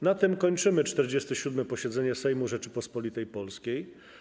Na tym kończymy 47. posiedzenie Sejmu Rzeczypospolitej Polskiej.